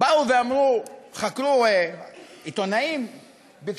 באו עיתונאים וחקרו,